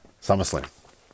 SummerSlam